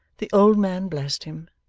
the old man blessed him,